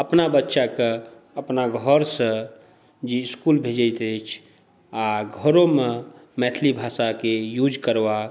अपना बच्चाक अपना घरसॅं जे इसकुल भेजैत अछि आ घरोमे मैथिली भाषाके यूज़ करबाक